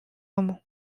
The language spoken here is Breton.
amañ